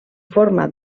forma